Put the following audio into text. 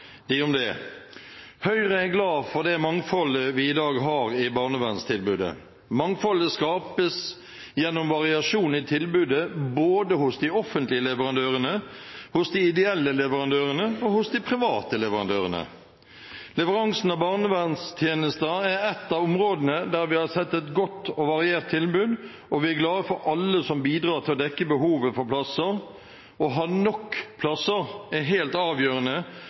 Høyre er glad for det mangfoldet vi i dag har i barnevernstilbudet. Mangfoldet skapes gjennom variasjon i tilbudet både hos de offentlige leverandørene, hos de ideelle leverandørene og hos de private leverandørene. Leveransen av barnevernstjenester er et av områdene der vi har sett et godt og variert tilbud, og vi er glade for alle som bidrar til å dekke behovet for plasser. Å ha nok plasser er helt avgjørende,